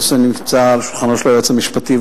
הנושא נמצא על שולחנו של היועץ המשפטי,